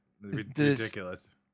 ridiculous